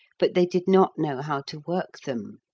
but they did not know how to work them.